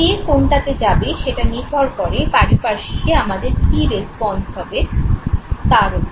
কে কোনটাতে যাবে সেটা নির্ভর করে পারিপার্শ্বিকে আমাদের কী রেস্পন্স হবে তার ওপর